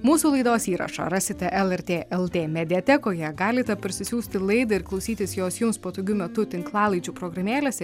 mūsų laidos įrašą rasite lrt lt mediatekoje galite parsisiųsti laidą ir klausytis jos jums patogiu metu tinklalaidžių programėlėse